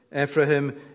Ephraim